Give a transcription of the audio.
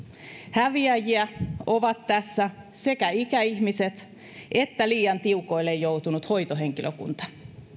häviäjiä ovat tässä sekä ikäihmiset että liian tiukoille joutunut hoitohenkilökunta